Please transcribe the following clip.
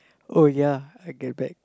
oh ya I get back